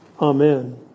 Amen